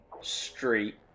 street